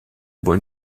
wollen